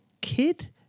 kid